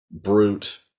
brute